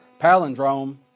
palindrome